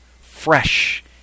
fresh